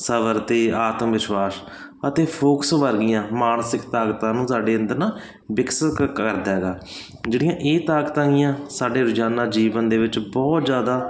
ਸਵਰ ਅਤੇ ਆਤਮ ਵਿਸ਼ਵਾਸ ਅਤੇ ਫੋਕਸ ਵਰਗੀਆਂ ਮਾਨਸਿਕ ਤਾਕਤਾਂ ਨੂੰ ਸਾਡੇ ਅੰਦਰ ਨਾ ਵਿਕਸਿਤ ਕਰਦਾ ਹੈਗਾ ਜਿਹੜੀਆਂ ਇਹ ਤਾਕਤਾਂ ਗੀਆਂ ਸਾਡੇ ਰੋਜ਼ਾਨਾ ਜੀਵਨ ਦੇ ਵਿੱਚ ਬਹੁਤ ਜ਼ਿਆਦਾ